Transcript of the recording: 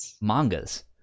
mangas